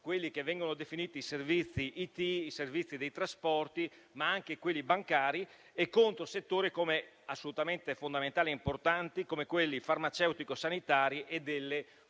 quelli che vengono definiti i servizi IT, i servizi dei trasporti, quelli bancari, e verso settori assolutamente fondamentali e importanti come quelli farmaceutico-sanitari e delle